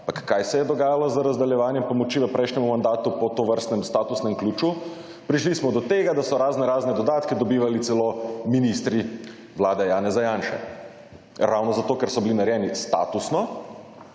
kaj se je dogajalo z razdeljevanjem pomoči v prejšnjem mandatu po tovrstnem statusnem ključu? Prišli smo do tega, da so raznorazne dodatke dobivali celo ministri vlade Janeza Janše ravno zato, ker so bili narejeni statusno